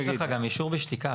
יש לך גם אישור בשתיקה.